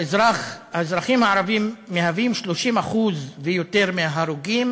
האזרחים הערבים הם 30% ויותר מההרוגים,